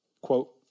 Quote